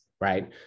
right